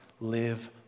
live